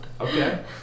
Okay